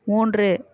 மூன்று